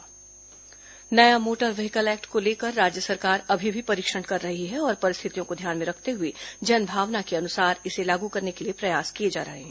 परिवहन मंत्री motor act नया मोटर व्हीकल एक्ट को लेकर राज्य सरकार अभी भी परीक्षण कर रही है और परिस्थितियों को ध्यान में रखते हए जनभावना के अनुसार इसे लागू करने के लिए प्रयास किए जा रहे हैं